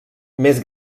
més